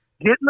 get